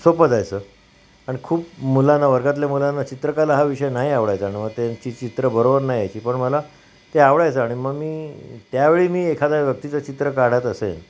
सोपं जायचं आणि खूप मुलांना वर्गातल्या मुलांना चित्रकला हा विषय नाही आवडायचा आणि मग त्यांची चित्र बरोबर नाही यायची पण मला ते आवडायचं आणि मी त्यावेळी मी एखाद्या व्यक्तीचं चित्र काढत असेल